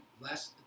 last